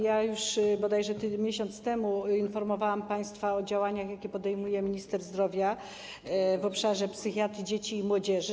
Ja już bodajże miesiąc temu informowałam państwa o działaniach, jakie podejmuje minister zdrowia w obszarze psychiatrii dzieci i młodzieży.